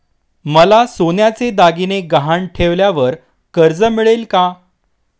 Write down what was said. मला सोन्याचे दागिने गहाण ठेवल्यावर कर्ज मिळेल का?